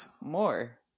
more